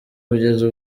kugeza